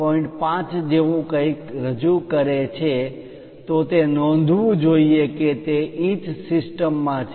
5 જેવું કંઈક રજૂ કરે છે તો તે નોંધવું જોઇએ કે તે ઇંચ સિસ્ટમમાં છે